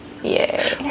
Yay